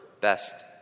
best